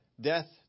death